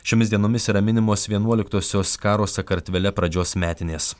šiomis dienomis yra minimos vienuoliktosios karo sakartvele pradžios metinės